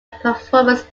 performance